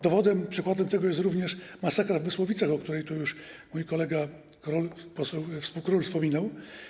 Dowodem, przykładem tego jest również masakra w Mysłowicach, o której tu już mój kolega poseł Król wspominał.